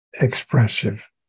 expressive